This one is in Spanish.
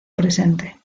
presente